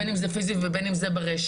בין אם זה פיזי ובין אם זה ברשת,